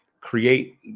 create